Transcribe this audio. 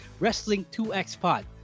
Wrestling2xPod